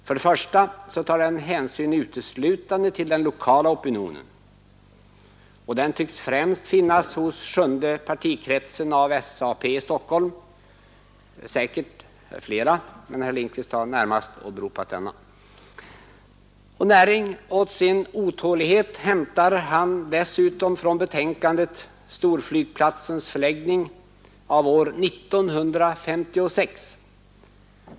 För det första tar den hänsyn uteslutande till den lokala opinionen; och den tycks främst finnas hos sjunde partikretsen av SAP i Stockholm. Den finns säkert hos flera, men herr Lindkvist har närmast åberopat denna krets. Näring åt sin otålighet hämtar han dessutom från betänkandet ”Storflygplatsens förläggning” av år 1956.